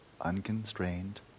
unconstrained